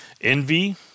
Envy